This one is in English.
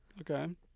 Okay